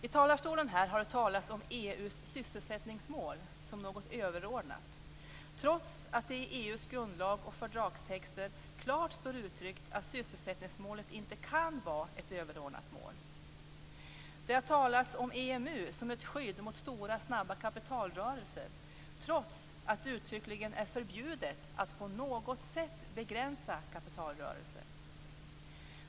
Det har från den här talarstolen pratats om EU:s sysselsättningsmål som något överordnat, trots att det i EU:s grundlag och fördragstexter klart står uttryckt att sysselsättningsmålet inte kan vara ett överordnat mål. - Det har talats om EMU som ett skydd mot stora och snabba kapitalrörelser, trots att det är uttryckligen förbjudet att på något sätt begränsa kapitalrörelser.